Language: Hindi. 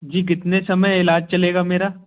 जी कितने समय इलाज चलेगा मेरा